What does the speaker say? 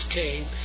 came